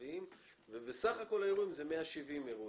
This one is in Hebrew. ל-10,000 איש ואילו בסך הכול יש 170 אירועים עם מעל ל-10,000 איש.